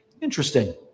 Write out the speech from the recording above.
interesting